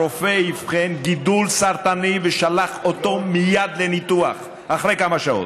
הרופא אבחן גידול סרטני ושלח אותו מייד לניתוח אחרי כמה שעות.